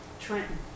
Trenton